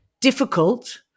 difficult